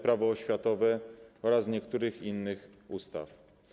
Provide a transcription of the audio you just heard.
Prawo oświatowe oraz niektórych innych ustaw.